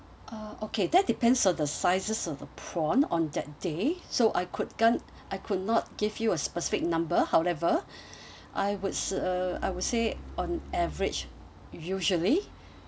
uh okay that depends on the sizes of the prawn on that day so I couldn't I could not give you a specific number however I would s~ uh I would say on average usually